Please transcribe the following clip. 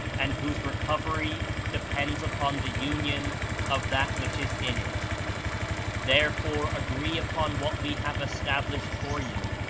and whose recovery depends upon the union of that which is in it therefore agree upon what we have established for you,